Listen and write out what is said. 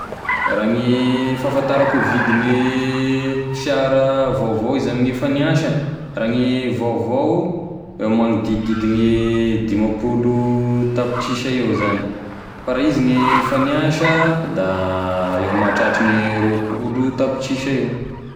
Raha gne fahafantarako e vidine fiara vaovao izy amin'ny efa niasa, raha gne vaovao da magnodidididigny gne dimapolo tapitrisa eo zany, fa raha izy no efa niasa da eo mahatratry gne roapolo tapitrisa eo.